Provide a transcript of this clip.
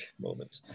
moment